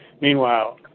Meanwhile